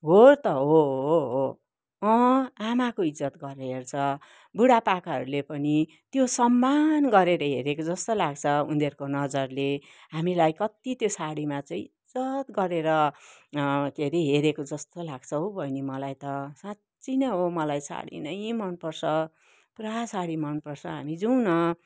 हो त हो हो हो अँ आमाको इज्जत गरेर हेर्छ बुढा पाकाहरूले पनि त्यो सम्मान गरेर हेरेको जस्तो लाग्छ उनीहरूको नजरले हामीलाई कति त्यो सारीमा चाहिँ इज्जत गरेर के हरे हेरेको जस्तो लाग्छ हौ बहिनी मलाई त साँच्ची नै हो मलाई सारी नै मन पर्छ पुरा सारी मन पर्छ हामी जाऔँ न